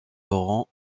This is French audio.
laurent